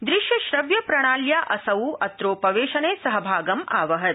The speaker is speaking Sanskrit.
दृश्य श्रव्य प्रणात्या असौ अत्रोपवेशने सहभागम् आवहत्